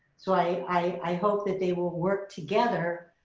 so i i hope that they will work together,